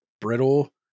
brittle